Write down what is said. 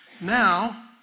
Now